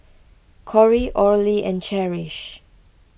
Corry Orley and Cherish